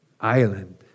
island